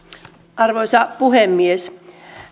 arvoisa puhemies